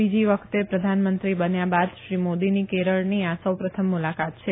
બીજી વખતે પ્રધાનમંત્રી બન્યા બાદ શ્રી મોદીનો કેરળનો આ સૌ પ્રથમ મુલાકાત છે